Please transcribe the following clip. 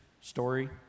story